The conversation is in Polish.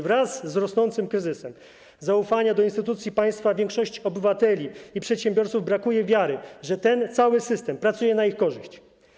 Wraz z rosnącym kryzysem zaufania do instytucji państwa większości obywateli i przedsiębiorców brakuje wiary, że cały system pracuje na ich korzyść.